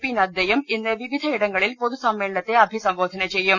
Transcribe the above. P നദ്ദയും ഇന്ന് വിവിധ ഇടങ്ങളിൽ പൊതുസമ്മേളനത്തെ അഭിസംബോധന ചെയ്യും